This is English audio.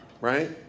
right